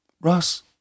Ross